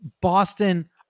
Boston